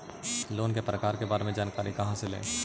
Loan के प्रकार के बारे मे जानकारी कहा से ले?